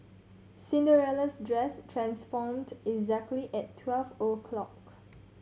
Cinderella's dress transformed exactly at twelve o' clock